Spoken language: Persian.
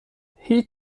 هیچ